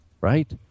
right